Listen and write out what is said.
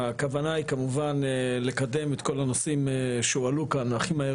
הכוונה היא כמובן לקדם את כל הנושאים שהועלו כאן הכי מהר